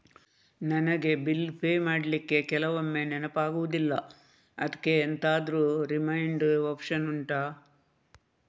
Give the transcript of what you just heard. ನನಗೆ bill pay ಮಾಡ್ಲಿಕ್ಕೆ ಕೆಲವೊಮ್ಮೆ ನೆನಪಾಗುದಿಲ್ಲ ಅದ್ಕೆ ಎಂತಾದ್ರೂ ರಿಮೈಂಡ್ ಒಪ್ಶನ್ ಉಂಟಾ